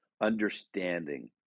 understanding